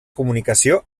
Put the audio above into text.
comunicació